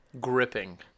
Gripping